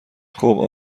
خوب